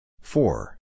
four